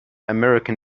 american